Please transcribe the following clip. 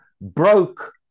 broke